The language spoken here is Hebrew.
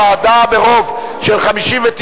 המשטרה ובתי-הסוהר, סעיף 53,